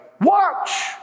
Watch